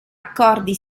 accordi